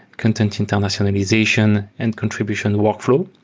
content internationalization and contribution workflow.